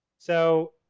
so,